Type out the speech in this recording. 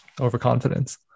overconfidence